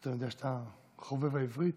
אני יודע שאתה חובב העברית,